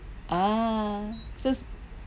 ah so